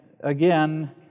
again